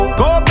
go